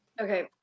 Okay